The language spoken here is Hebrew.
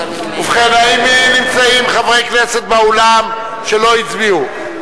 ובכן, האם נמצאים חברי כנסת באולם שלא הצביעו?